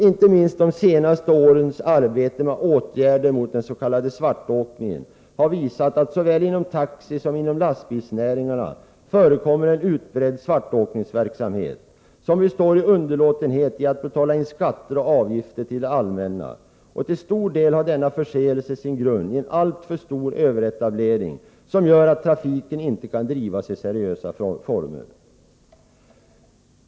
Inte minst de senaste årens arbete med åtgärder mot den s.k. svartåkningen har visat att det såväl inom taxi som inom lastbilsnäringarna förekommer en utbredd svartåkningsverksamhet, som består i underlåtenhet i att betala in skatter och avgifter till det allmänna. Till stor del har denna företeelse sin grund i en alltför stor överetablering, som gör att trafiken inte kan drivas i seriösa former.